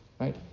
right